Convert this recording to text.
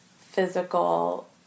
physical